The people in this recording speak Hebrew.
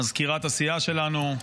מזכירת הסיעה שלנו,